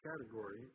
category